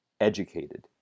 educated